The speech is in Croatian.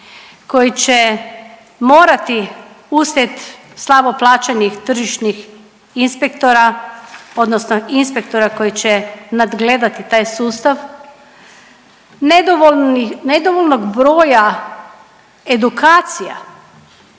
koji će morati uslijed slabo plaćenih tržišnih inspektora odnosno inspektora koji će nadgledati taj sustav, nedovoljnog broja edukacija